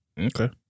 Okay